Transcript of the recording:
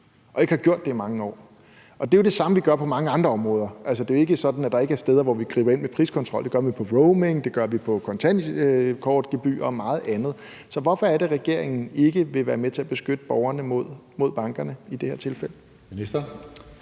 den ikke har gjort det i mange år. Og det er jo det samme, vi gør på mange andre områder. Det er jo ikke sådan, at der ikke er andre steder, hvor vi griber ind med priskontrol, for det gør vi i forhold til roaming, kontantkortgebyrer og meget andet. Så hvorfor er det sådan, at regeringen ikke vil være med til at beskytte borgerne mod bankerne? Kl. 18:49 Tredje